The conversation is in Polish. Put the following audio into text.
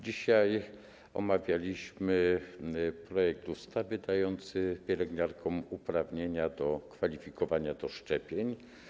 Dzisiaj omawialiśmy projekt ustawy dający pielęgniarkom uprawnienia do kwalifikowania do szczepień.